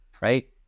right